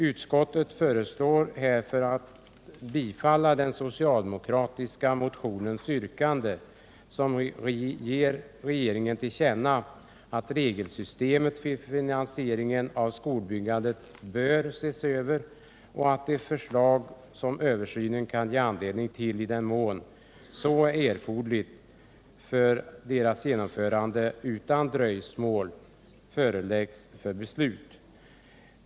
Utskottet föreslår därför att riksdagen bifaller den socialdemokratiska motionens yrkande och ger regeringen till känna, att regelsystemet för finansieringen av skolbyggandet bör ses över och att de förslag som översynen kan ge anledning till utan dröjsmål föreläggs riksdagen för beslut, i den mån så är erforderligt för deras genomförande.